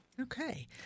Okay